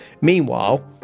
Meanwhile